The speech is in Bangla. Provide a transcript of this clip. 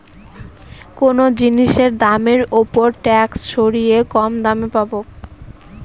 কোনো জিনিসের দামের ওপর ট্যাক্স সরিয়ে কম দামে পাবো